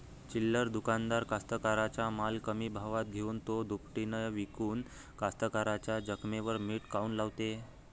चिल्लर दुकानदार कास्तकाराइच्या माल कमी भावात घेऊन थो दुपटीनं इकून कास्तकाराइच्या जखमेवर मीठ काऊन लावते?